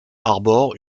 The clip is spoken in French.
arbore